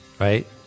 right